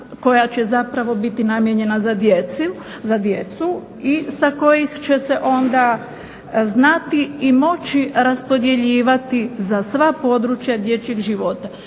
koja će zapravo biti namijenjena za djecu i sa kojih će se onda znati i moći raspodjeljivati za sva područja dječjeg života.